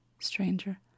Stranger